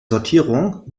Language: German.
sortierung